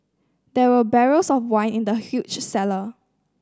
there were barrels of wine in the huge cellar